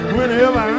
Whenever